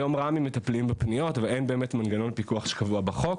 היום רמ"י מטפלים בפניות ואין באמת מנגנון פיקוח שקבוע בחוק